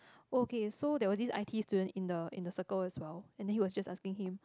okay so there was this I_T_E student in the in the circle as well and then he was just asking him